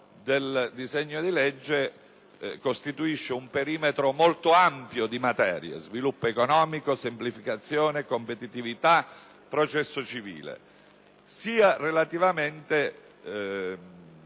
il titolo del disegno di legge costituisce un perimetro molto ampio di materie: sviluppo economico, semplificazione, competitività, processo civile), sia relativamente